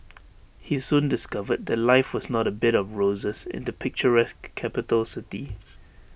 he soon discovered that life was not A bed of roses in the picturesque capital city